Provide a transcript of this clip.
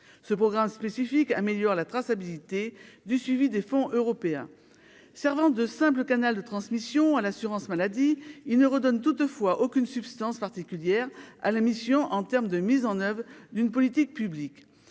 ce programme spécifique améliorer la traçabilité du suivi des fonds européens Servent de simple canal de transmission à l'assurance maladie, il ne redonne toutefois aucune substance particulière à la mission en termes de mise en oeuvre d'une politique publique